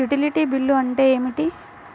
Utility bill అంటే ఏమిటి?